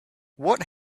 what